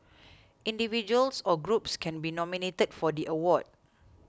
individuals or groups can be nominated for the award